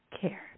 care